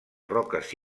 roques